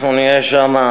אנחנו נהיה שם,